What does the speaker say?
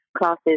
classes